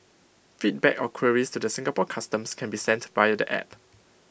feedback or queries to the Singapore Customs can be sent via the app